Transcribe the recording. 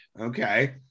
Okay